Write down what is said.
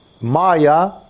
Maya